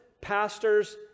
pastors